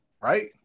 right